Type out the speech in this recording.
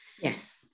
yes